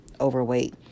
overweight